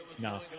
No